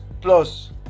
plus